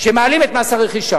שמעלים את רף מס הרכישה.